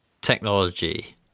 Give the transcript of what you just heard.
technology